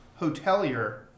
hotelier